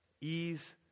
Ease